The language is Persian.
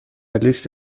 لیست